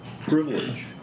privilege